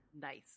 Nice